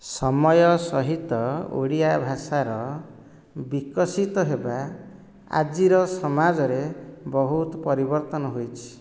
ସମୟ ସହିତ ଓଡିଆ ଭାଷାର ବିକଶିତ ହେବା ଆଜିର ସମାଜରେ ବହୁତ ପରିବର୍ତ୍ତନ ହୋଇଛି